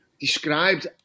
described